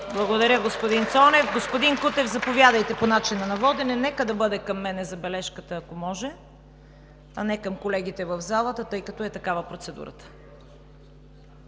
Благодаря, господин Цонев. Господин Кутев, заповядайте по начина на водене. Нека да бъде към мен забележката, ако може, а не към колегите в залата, тъй като е такава процедурата.